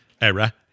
Era